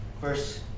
Verse